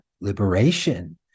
liberation